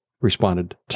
responded